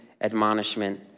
admonishment